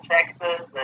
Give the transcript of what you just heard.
Texas